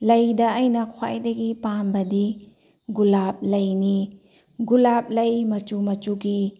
ꯂꯩꯗ ꯑꯩꯅ ꯈ꯭ꯋꯥꯏꯗꯒꯤ ꯄꯥꯝꯕꯗꯤ ꯒꯨꯂꯥꯞ ꯂꯩꯅꯤ ꯒꯨꯂꯥꯞ ꯂꯩꯅꯤ ꯃꯆꯨ ꯃꯆꯨꯒꯤ